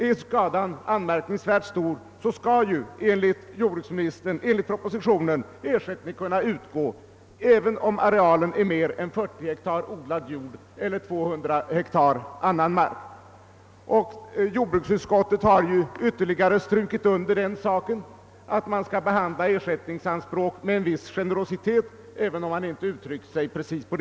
Enligt propositionen skall ersättning kunna utgå därest skadan är anmärkningsvärt stor, även om arealen är mer än 40 hektar odlad jord eller 200 hektar annan mark. Jordbruksutskottet har ytterligare understrukit att man skall behandla ersättningsanspråken med en viss generositet — låt vara att utskottet inte har uttryckt sig precis så.